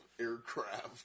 aircraft